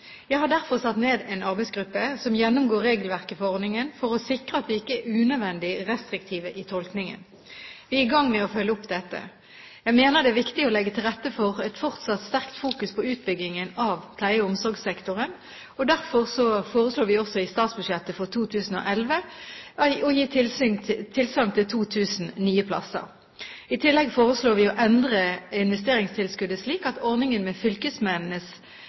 Jeg har derfor satt ned en arbeidsgruppe som gjennomgår regelverket for ordningen for å sikre at vi ikke er unødvendig restriktive i tolkningen. Vi er i gang med å følge opp dette. Jeg mener det er viktig å legge til rette for en fortsatt sterk fokusering på utbyggingen av pleie- og omsorgssektoren. Derfor foreslår vi også i statsbudsjettet for 2011 å gi tilsagn til 2 000 nye plasser. I tillegg foreslår vi å endre investeringstilskuddet slik at ordningen med fylkesmennenes